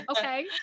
okay